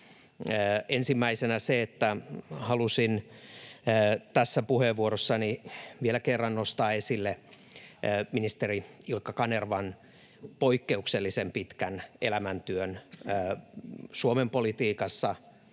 Ensimmäisenä on se, että halusin tässä puheenvuorossani vielä kerran nostaa esille ministeri Ilkka Kanervan poikkeuksellisen pitkän elämäntyön Suomen politiikassa,